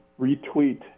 retweet